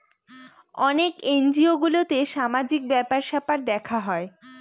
অনেক এনজিও গুলোতে সামাজিক ব্যাপার স্যাপার দেখা হয়